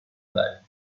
balle